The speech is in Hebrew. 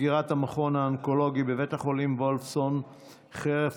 סגירת המכון האונקולוגי בבית החולים וולפסון חרף